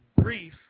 brief